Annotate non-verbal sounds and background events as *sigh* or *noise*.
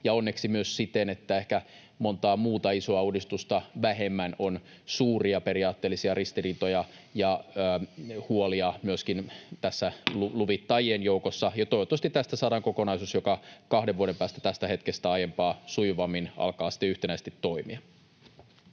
onneksi myös siten, että ehkä monta muuta isoa uudistusta vähemmän on suuria periaatteellisia ristiriitoja ja huolia myöskin tässä luvittajien joukossa. *noise* Toivottavasti tästä saadaan kokonaisuus, joka kahden vuoden päästä tästä hetkestä aiempaa sujuvammin alkaa sitten yhtenäisesti toimia.